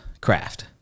craft